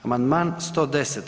Amandman 110.